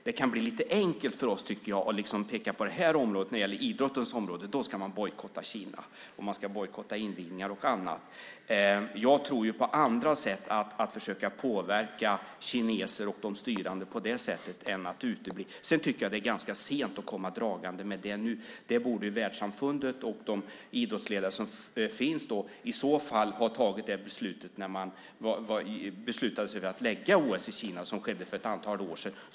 Det kan bli lite enkelt för oss, tycker jag, att liksom peka på det här området och säga att när det gäller idrottens område ska man bojkotta Kina. Man ska bojkotta invigningar och annat. Jag tror att man ska försöka påverka kineser och de styrande på andra sätt än genom att utebli. Sedan tycker jag att det är ganska sent att komma dragandes med detta nu. Världssamfundet och de idrottsledare som finns borde i så fall ha tagit det beslutet när man beslutade sig för att lägga OS i Kina, som skedde för ett antal år sedan.